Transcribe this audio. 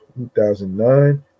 2009